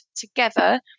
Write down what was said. together